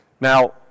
Now